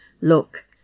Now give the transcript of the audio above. Look